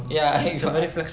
ya I got